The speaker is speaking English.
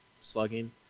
slugging